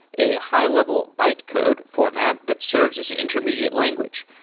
a high-level bytecode format that serves as an intermediate language.